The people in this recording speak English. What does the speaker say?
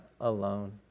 alone